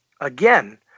again